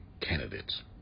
candidates